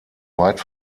weit